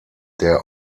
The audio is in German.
der